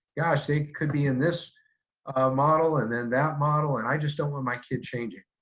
gosh, they could be in this ah model and then that model and i just don't want my kid changing.